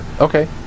Okay